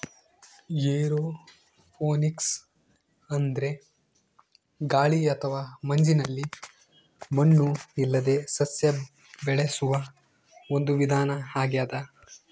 aeroponics ಅಂದ್ರೆ ಗಾಳಿ ಅಥವಾ ಮಂಜಿನಲ್ಲಿ ಮಣ್ಣು ಇಲ್ಲದೇ ಸಸ್ಯ ಬೆಳೆಸುವ ಒಂದು ವಿಧಾನ ಆಗ್ಯಾದ